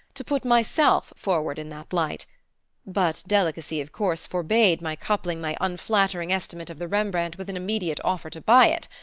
to put myself forward in that light but delicacy of course forbade my coupling my unflattering estimate of the rembrandt with an immediate offer to buy it.